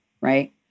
right